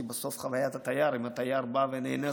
כי בסוף חוויית התייר קובעת: אם התייר בא ונהנה,